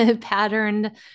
patterned